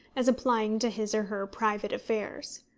as applying to his or her private affairs.